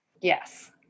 Yes